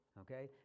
okay